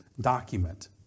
document